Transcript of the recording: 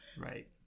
right